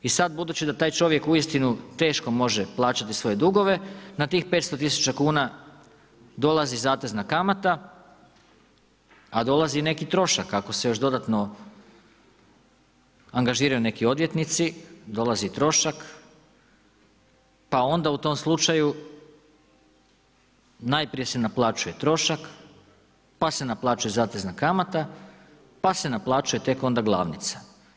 I sad budući da taj čovjek uistinu teško može plaćati svoje dugove na tih 500 tisuća kuna dolazi zatezna kamata a dolazi i neki trošak ako se još dodatno angažiraju neki odvjetnici, dolazi trošak, pa onda u tom slučaju najprije se naplaćuje trošak, pa se naplaćuje zatezna kamata pa se naplaćuje tek onda glavnica.